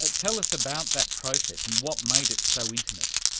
ah tell us about that process and what made it so intimate.